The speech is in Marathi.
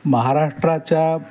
महाराष्ट्राच्या